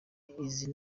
izi